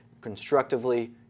constructively